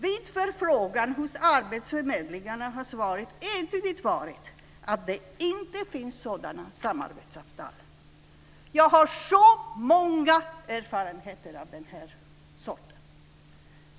Vid förfrågan hos arbetsförmedlingarna har svaret entydigt varit att det inte finns sådana samarbetsavtal. Jag har så många erfarenheter av den här sorten.